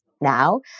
now